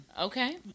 Okay